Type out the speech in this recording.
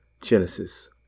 Genesis